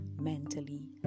mentally